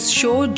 show